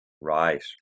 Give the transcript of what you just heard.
Right